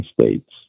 states